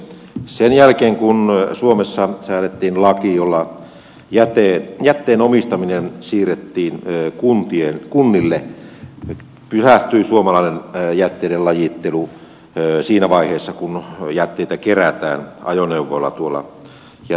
sen jälkeen kun suomessa säädettiin laki jolla jätteen omistaminen siirrettiin kunnille suomalainen jätteiden lajittelu pysähtyi siihen vaiheeseen kun jätteitä kerätään ajoneuvoilla tuolta törpöistä